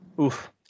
Oof